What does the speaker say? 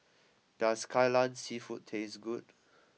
does Kai Lan seafood taste good